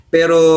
Pero